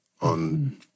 on